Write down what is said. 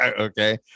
Okay